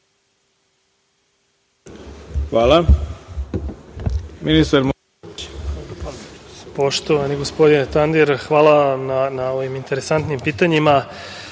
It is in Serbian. Hvala